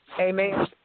Amen